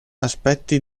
aspetti